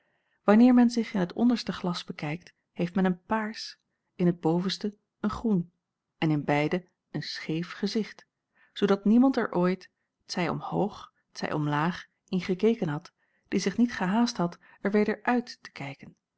wanneer men zich in het onderste glas bekijkt heeft men een paars in het bovenste een groen en in beiden een scheef gezicht zoodat niemand er ooit t zij omhoog t zij omlaag in gekeken had die zich niet gehaast had er weder uit te kijken